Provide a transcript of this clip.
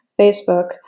Facebook